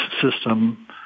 system